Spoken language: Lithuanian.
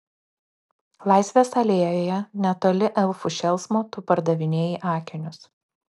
laisvės alėjoje netoli elfų šėlsmo tu pardavinėji akinius